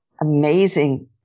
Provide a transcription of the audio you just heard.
amazing